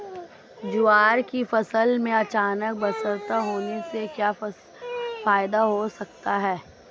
ज्वार की फसल में अचानक बरसात होने से क्या फायदा हो सकता है?